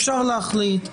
אפשר להחליט.